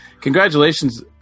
Congratulations